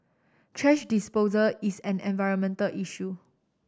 thrash disposal is an environmental issue